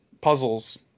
puzzles